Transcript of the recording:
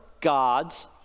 God's